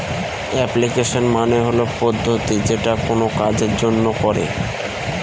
application মানে হল পদ্ধতি যেটা কোনো কাজের জন্য করে